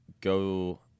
go